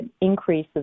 increases